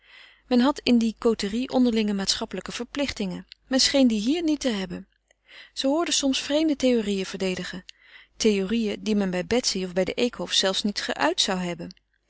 men had in die côterie onderlinge maatschappelijke verplichtingen men scheen die hier niet te hebben ze hoorde soms vreemde theorieën verdedigen theorieën die men bij betsy of bij de eekhofs zelfs niet geuit zou hebben